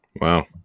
Wow